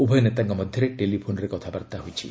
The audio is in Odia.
ଉଭୟ ନେତାଙ୍କ ମଧ୍ୟରେ ଟେଲିଫୋନ୍ରେ କଥାବାର୍ତ୍ତା ହୋଇଛି